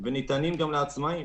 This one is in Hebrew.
הם ניתנים גם לעצמאיים